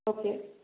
okay